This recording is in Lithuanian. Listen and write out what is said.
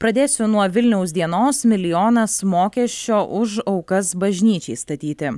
pradėsiu nuo vilniaus dienos milijonas mokesčio už aukas bažnyčiai statyti